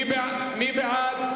מי בעד?